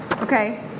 Okay